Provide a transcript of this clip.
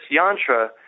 yantra